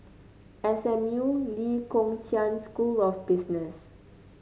S M U Lee Kong Chian School of Business